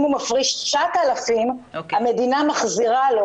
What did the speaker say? אם הוא מפריש 9,000 המדינה מחזירה לו